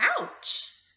Ouch